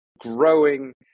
growing